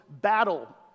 battle